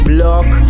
Block